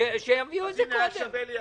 --- מול האוצר אין אופוזיציה וקואליציה